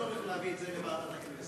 אין צורך להביא את זה לוועדת הכנסת.